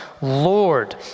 Lord